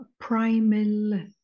primal